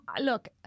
look